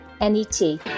N-E-T